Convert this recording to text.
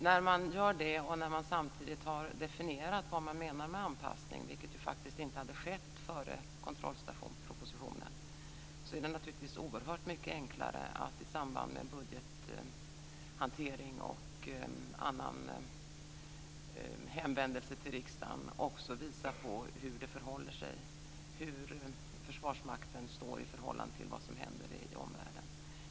När man gör det och samtidigt har definierat vad man menar med anpassning, vilket faktiskt inte hade skett före kontrollstationspropositionen, är det naturligtvis oerhört mycket enklare att, i samband med budgethantering och annan hänvändelse till riksdagen, också visa hur Försvarsmakten står i förhållande till vad som händer i omvärlden.